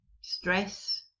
stress